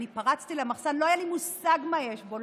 אני פרצתי למחסן ולא היה לי מושג מה יש בו.